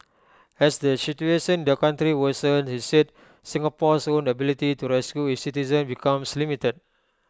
as the situation in the country worsens he said Singapore's own ability to rescue its citizens becomes limited